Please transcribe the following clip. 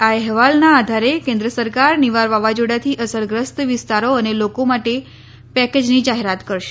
આ અહેવાલના આધારે કેન્દ્ર સરકાર નીવાર વાવાઝોડાથી અસરગ્રસ્ત વિસ્તારો અને લોકો માટે પેકેજની જાહેરાત કરશે